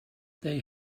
they